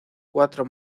cuatro